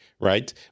right